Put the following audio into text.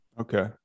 okay